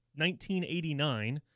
1989